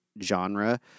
genre